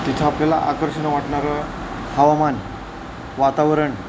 तिथं आपल्याला आकर्षण वाटणारं हवामान वातावरण